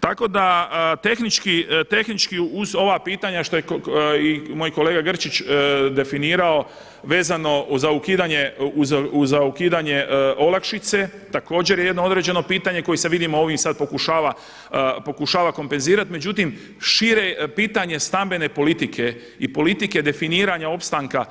Tako da tehnički uz ova pitanja što je i moj kolega Grčić definirao vezano za ukidanje olakšice također je jedno određeno pitanje koje se vidim ovim sad pokušava kompenzirati, međutim šire je pitanje stambene politike i politike definiranja opstanka